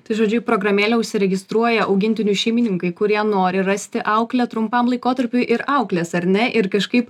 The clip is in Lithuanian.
tai žodžiu į programėlę užsiregistruoja augintinių šeimininkai kurie nori rasti auklę trumpam laikotarpiui ir auklės ar ne ir kažkaip